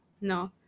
no